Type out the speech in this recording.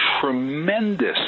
tremendous